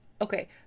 Okay